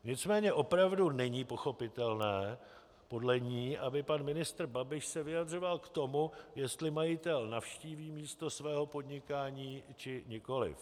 Nicméně opravdu není pochopitelné podle ní, aby pan ministr Babiš se vyjadřoval k tomu, jestli majitel navštíví místo svého podnikání, či nikoliv.